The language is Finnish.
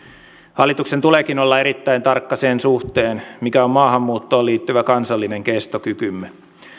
hallituksen tuleekin olla erittäin tarkka sen suhteen mikä on maahanmuuttoon liittyvä kansallinen kestokykymme